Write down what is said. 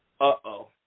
uh-oh